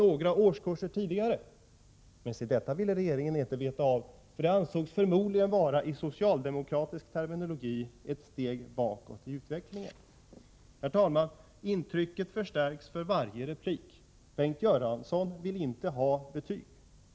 Men se det ville inte regeringen veta av — det ansågs förmodligen vara, med socialdemokratisk terminologi, ett steg bakåt i utvecklingen. Herr talman! Intrycket förstärks för varje inlägg: Bengt Göransson vill inte ha betyg.